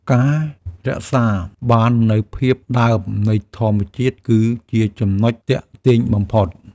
ការរក្សាបាននូវភាពដើមនៃធម្មជាតិគឺជាចំណុចទាក់ទាញបំផុត។